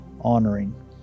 honoring